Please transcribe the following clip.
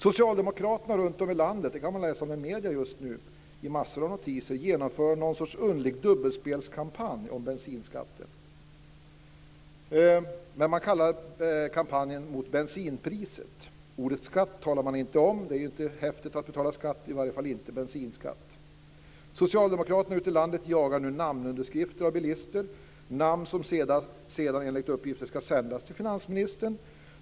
Socialdemokraterna runtom i landet genomför någon sorts underlig dubbelspelskampanj om bensinskatten. Det kan man läsa om i massor av notiser i medierna just nu. Man kallar det en kampanj mot bensinpriset. Ordet skatt talar man inte om. Det är inte häftigt att betala skatt, i alla fall inte bensinskatt. Socialdemokraterna ute i landet jagar nu namnunderskrifter av bilister. Namn som sedan enligt uppgift ska sändas till finansministern.